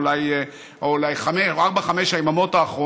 או אולי ארבע או חמש היממות האחרונות,